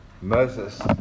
Moses